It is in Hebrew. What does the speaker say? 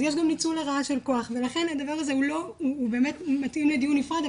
אז יש גם ניצול לרעה של כוח ולכן הדבר הזה הוא מתאים לדיון נפרד,